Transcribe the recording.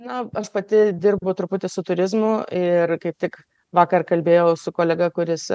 na aš pati dirbu truputį su turizmu ir kaip tik vakar kalbėjau su kolega kuris